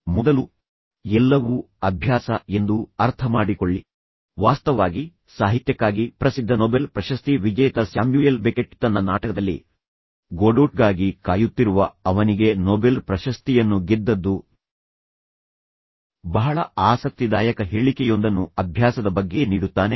ಮೊದಲು ಎಲ್ಲವೂ ಅಭ್ಯಾಸ ಎಂದು ಅರ್ಥಮಾಡಿಕೊಳ್ಳಿ ವಾಸ್ತವವಾಗಿ ಸಾಹಿತ್ಯಕ್ಕಾಗಿ ಪ್ರಸಿದ್ಧ ನೊಬೆಲ್ ಪ್ರಶಸ್ತಿ ವಿಜೇತ ಸ್ಯಾಮ್ಯುಯೆಲ್ ಬೆಕೆಟ್ ತನ್ನ ನಾಟಕದಲ್ಲಿ ಗೊಡೋಟ್ಗಾಗಿ ಕಾಯುತ್ತಿರುವ ಅವನಿಗೆ ನೊಬೆಲ್ ಪ್ರಶಸ್ತಿಯನ್ನು ಗೆದ್ದದ್ದು ಬಹಳ ಆಸಕ್ತಿದಾಯಕ ಹೇಳಿಕೆಯೊಂದನ್ನು ಅಭ್ಯಾಸದ ಬಗ್ಗೆ ನೀಡುತ್ತಾನೆ